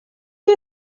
you